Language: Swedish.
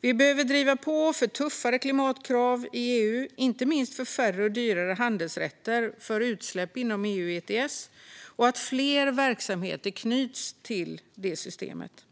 Vi behöver driva på för tuffare klimatkrav i EU, inte minst för färre och dyrare handelsrätter för utsläpp inom EU ETS och att fler verksamheter knyts till det systemet.